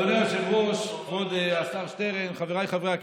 עבאס, ראית?